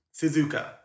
Suzuka